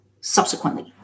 subsequently